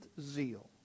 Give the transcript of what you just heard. zeal